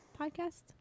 podcast